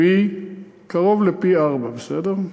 בקרוב לפי-ארבעה, בסדר?